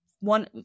one